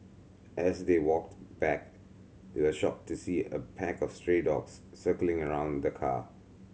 as they walked back they were shocked to see a pack of stray dogs circling around the car